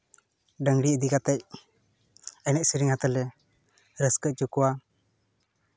ᱰᱟᱝᱨᱤ ᱤᱫᱤ ᱠᱟᱛᱮ ᱮᱱᱮᱡ ᱥᱮᱨᱮᱧ ᱟᱛᱮᱜ ᱞᱮ ᱨᱟᱹᱥᱠᱟᱹ ᱦᱚᱪᱚ ᱠᱚᱣᱟ